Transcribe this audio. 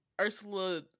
Ursula